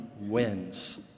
wins